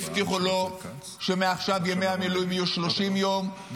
גם למי שהבטיחו לו שמעכשיו ימי המילואים יהיו 30 יום,